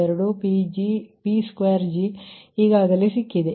ಇದು ಈಗಾಗಲೇ ಸಿಕ್ಕಿದೆ